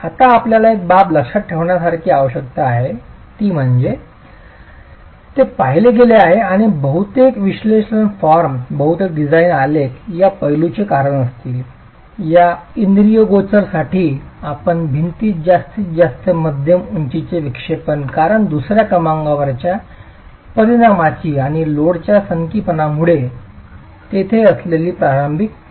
आता आपल्याला एक बाब लक्षात ठेवण्याची आवश्यकता आहे ती म्हणजे ते पाहिले गेले आहे आणि बहुतेक विश्लेषक फॉर्म बहुतेक डिझाइन आलेख या पैलूचे कारण असतील या इंद्रियगोचरसाठी आपल्याला भिंतीत जास्तीत जास्त मध्यम उंचीचे विक्षेपन कारण दुसर्या क्रमांकाच्या परिणामाची आणि लोडच्या सनकीपणामुळे तेथे असलेली प्रारंभिक विलक्षणपणा आहे